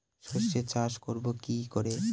সর্ষে চাষ করব কি করে?